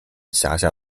辖下